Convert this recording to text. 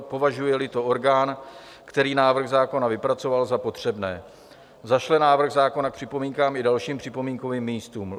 považujeli to orgán, který návrh zákona vypracoval, za potřebné, zašle návrh zákona k připomínkám i dalším připomínkovým místům;